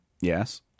Yes